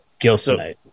gilsonite